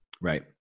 Right